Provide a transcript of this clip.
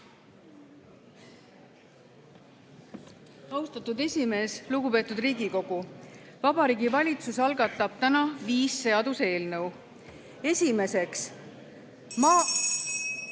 Austatud esimees! Lugupeetud Riigikogu! Vabariigi Valitsus algatab täna viis seaduseelnõu. Esiteks, maa